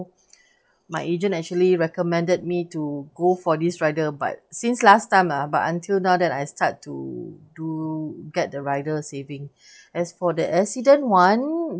my agent actually recommended me to go for this rider but since last time ah but until now then I start to do get the rider saving as for the accident one